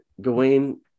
Gawain